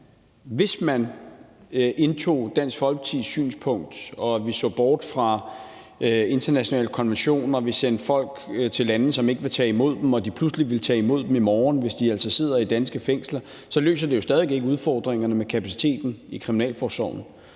hvis man indtog Dansk Folkepartis synspunkt og vi så bort fra internationale konventioner og sendte folk til lande, som ikke vil tage imod dem, men som pludselig ville tage imod dem i morgen, hvis de altså sidder i danske fængsler, så løser det jo stadig væk ikke udfordringerne med kapaciteten i kriminalforsorgen.